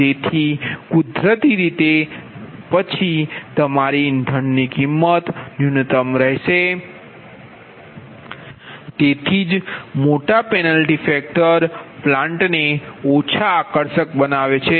તેથી કુદરતી રીતે પછી તમારી ઇંધણની કિંમત ન્યૂનતમ રહેશે તેથી જ મોટા પેન્લટી ફેક્ટર પ્લાન્ટ ને ઓછા આકર્ષક બનાવે છે